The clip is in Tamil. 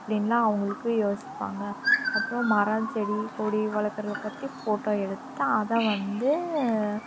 அப்படினுலாம் அவங்களுக்கு யோசிப்பாங்க அப்புறம் மரம் செடி கொடி வளர்க்குறத பற்றி ஃபோட்டோ எடுத்து அதைவந்து